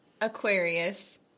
Aquarius